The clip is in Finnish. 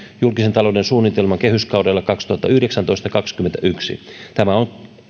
julkisen talouden suunnitelman kehyskaudella kaksituhattayhdeksäntoista viiva kaksikymmentäyksi tämä on